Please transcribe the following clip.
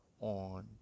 on